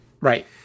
Right